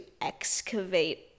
excavate